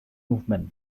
movement